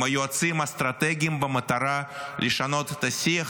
עם יועצים אסטרטגיים במטרה לשנות את השיח,